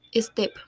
step